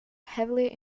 heavily